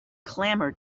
clamored